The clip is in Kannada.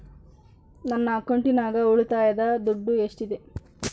ನನ್ನ ಅಕೌಂಟಿನಾಗ ಉಳಿತಾಯದ ದುಡ್ಡು ಎಷ್ಟಿದೆ?